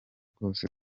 bwose